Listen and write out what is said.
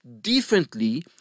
differently